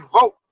vote